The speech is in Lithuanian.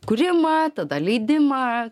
kūrimą tada leidimą